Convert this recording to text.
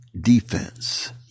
defense